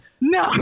No